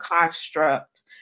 construct